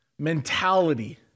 mentality